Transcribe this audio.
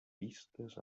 vistes